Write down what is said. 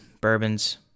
bourbons